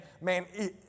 man